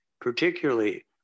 particularly